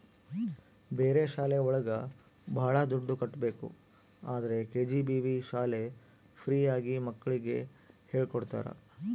ಬೇರೆ ಶಾಲೆ ಒಳಗ ಭಾಳ ದುಡ್ಡು ಕಟ್ಬೇಕು ಆದ್ರೆ ಕೆ.ಜಿ.ಬಿ.ವಿ ಶಾಲೆ ಫ್ರೀ ಆಗಿ ಮಕ್ಳಿಗೆ ಹೇಳ್ಕೊಡ್ತರ